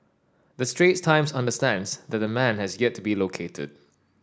the Straits Times understands that the man has yet to be located